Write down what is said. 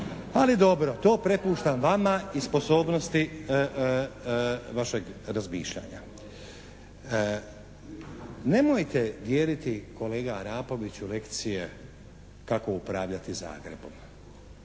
Ali dobro, to prepuštam vama i sposobnosti vašeg razmišljanja. Nemojte dijeliti kolega Arapoviću lekcije kako upravljati Zagrebom,